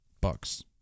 Bucks